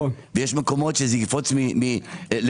ויש מקמות שזה יקפוץ מ-60,